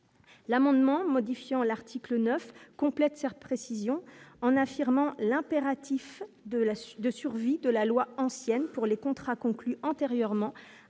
L'amendement modifiant l'article 9 complète certes précision en affirmant l'impératif de la de survie de la loi ancienne pour les contrats conclus antérieurement